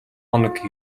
хоног